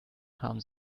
haben